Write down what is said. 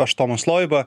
aš tomas loiba